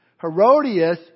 Herodias